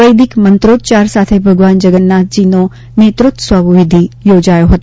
વૈદિક મંત્રોચ્ચાર સાથે ભગવાન જગન્નાથજીનો નેત્રોત્સવ વિધિ યોજાયો હતો